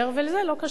וזה לא כשר.